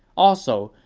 also,